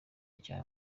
cya